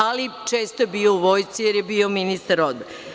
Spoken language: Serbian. Ali, često je bio u vojsci jer je bio ministar odbrane.